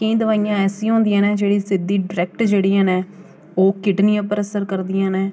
केईं दोआइयां ऐसियां होंदियां न जेह्ड़ी सिद्धी डिरैक्ट जेह्ड़ियां न ओह् किडनी उप्पर असर करदियां न